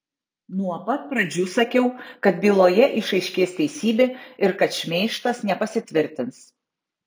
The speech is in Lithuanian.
nuo pat pradžių sakiau kad byloje išaiškės teisybė ir kad šmeižtas nepasitvirtins